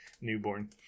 newborn